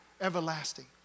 Everlasting